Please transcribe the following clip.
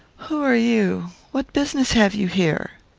who are you? what business have you here?